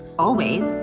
always.